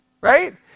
right